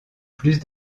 plus